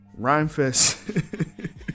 Rhymefest